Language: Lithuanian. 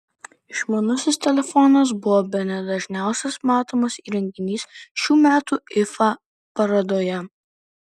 išmanusis telefonas buvo bene dažniausiai matomas įrenginys šių metų ifa parodoje